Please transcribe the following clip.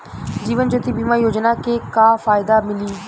जीवन ज्योति बीमा योजना के का फायदा मिली?